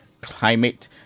climate